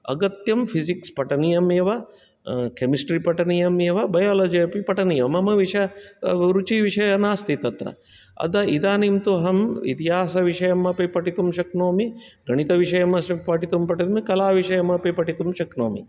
अगत्यं physics पठनीयमेव chemistry पठनीयमेव biology अपि पठनीयम् मम विषयः रुचिविषयः नास्ति तत्र अतः इदानीं तु अहं इतिहासविषयम् अपि पठितुं शक्नोमि गणितविषयं पठितुं पठामि कला विषयम् अपि पठितुं शक्नोमि